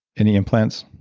any implants?